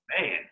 Man